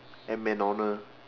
and MacDonald